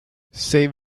save